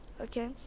okay